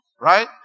right